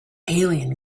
alien